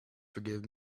forgive